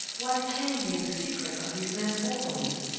what can be the secret of this man's hold on me?